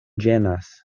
ĝenas